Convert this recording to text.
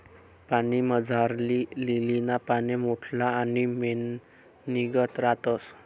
पाणीमझारली लीलीना पाने मोठल्ला आणि मेणनीगत रातस